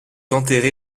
enterré